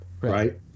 right